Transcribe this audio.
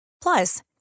Plus